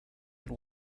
than